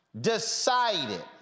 decided